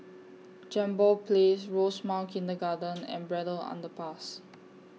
Jambol Place Rosemount Kindergarten and Braddell Underpass